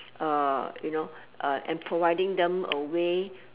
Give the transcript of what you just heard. you know and providing them a way